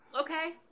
Okay